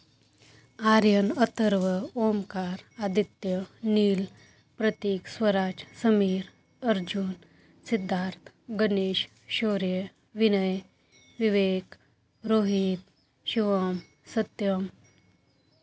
Aryan Atharv Omkar Aditya Neel Prateek Swaraj Sameer Arjun Siddharth Ganesh Shaurya Vinay Vivek Rohit Shivam Satyam